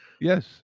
Yes